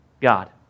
God